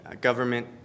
government